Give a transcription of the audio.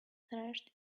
thrashed